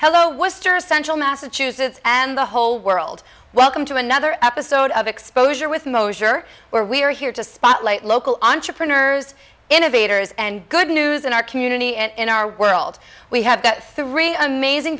hello was tourist central massachusetts and the whole world welcome to another episode of exposure with mosier where we are here to spotlight local entrepreneurs innovators and good news in our community and in our world we have got three amazing